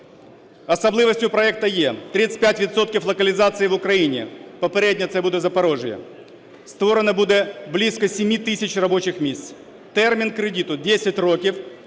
Особливістю проекту є 35 відсотків локалізації в Україні. Попередньо це буде Запоріжжя. Створено буде близько 7 тисяч робочих місць. Термін кредиту – 10 років.